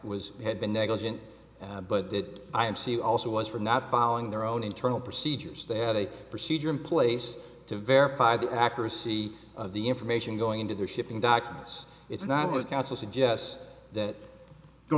was had been negligent but that i am see also was for not following their own internal procedures they had a procedure in place to verify the accuracy of the information going into their shipping documents it's not always council suggest that go